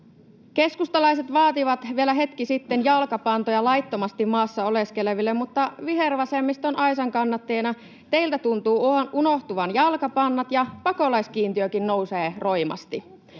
Keskustalaiset vaativat vielä hetki sitten jalkapantoja laittomasti maassa oleskeleville, mutta vihervasemmiston aisankannattajina teiltä tuntuvat unohtuvan jalkapannat, ja pakolaiskiintiökin nousee roimasti.